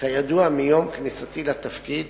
כידוע, מיום כניסתי לתפקיד